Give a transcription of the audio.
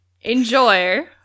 Enjoy